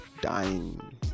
dying